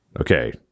Okay